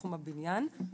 בתחום הבניין,